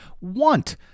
want